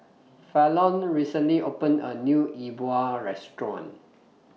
Fallon recently opened A New E Bua Restaurant